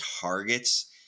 targets